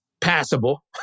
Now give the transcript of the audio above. Passable